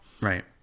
Right